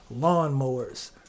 Lawnmowers